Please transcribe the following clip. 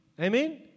amen